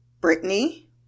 Brittany